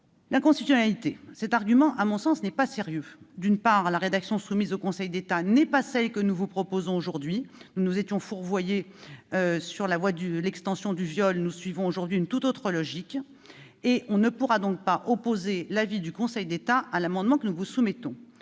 l'inconstitutionnalité n'est, à mon sens, pas sérieux. D'une part, la rédaction soumise au Conseil d'État n'est pas celle que nous vous proposons aujourd'hui. Nous nous étions fourvoyés sur la voie de l'extension du viol. Nous suivons aujourd'hui une tout autre logique. On ne pourra donc pas opposer l'avis du Conseil d'État à l'amendement que nous vous soumettons.